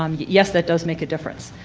um yeah yes that does make a difference.